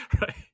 Right